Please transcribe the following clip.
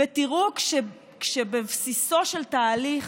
ותראו, כשבבסיסו של תהליך